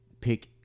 Pick